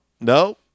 No